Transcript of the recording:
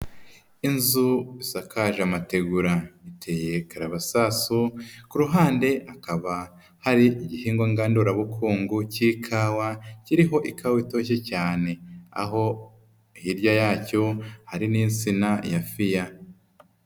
Inzu isakaje amategura iteye karabasasu, ku ruhande akaba hari igihingwa ngandurabukungu cy'ikawa kiriho ikawa itoshye cyane, aho hirya yacyo hari n'insina ya fiya.